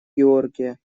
георгия